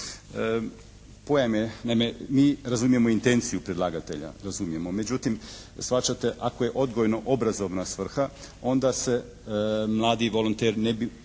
Pojam je, naime mi razumijemo intenciju predlagatelja, razumijemo. Međutim, shvaćate ako je odgojno obrazovna svrha onda se mladi volonter ne bi